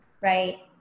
Right